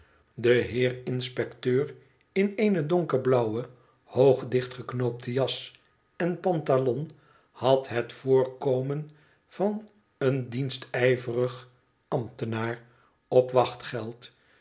de heer inspecteur in eene donkerblauwe hoog dichtgeknoopte jas en pantalon had het voorkomen van een dienstijverig ambtenaar op wachtgeld